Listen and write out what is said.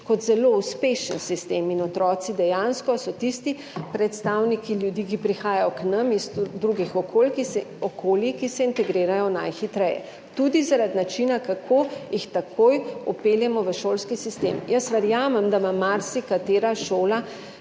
kot zelo uspešen sistem, in so otroci dejansko tisti predstavniki ljudi, ki prihajajo k nam iz drugih okolij, ki se integrirajo najhitreje, tudi zaradi načina, kako jih takoj vpeljemo v šolski sistem. Verjamem, da ima marsikatera šola,